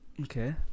Okay